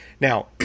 Now